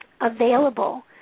available